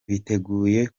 biteguye